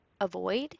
avoid